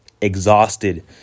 exhausted